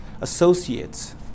associates